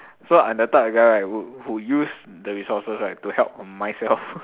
so I am the type of the guy right would who use the resources right to help on myself